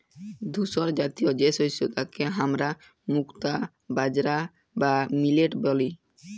ধূসরজাতীয় যে শস্য তাকে হামরা মুক্তা বাজরা বা মিলেট ব্যলি